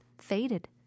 Faded